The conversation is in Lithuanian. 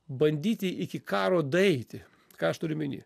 bandyti iki karo daeiti ką aš turiu omeny